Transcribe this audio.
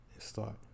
start